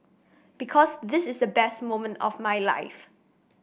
because this is the best moment of my life